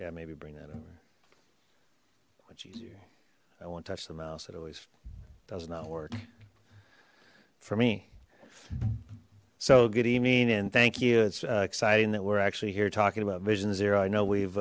yeah maybe bring that over much easier i won't touch the mouse it always does not work for me so good evening and thank you it's exciting that we're actually here talking about vision zero i know we've